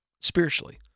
spiritually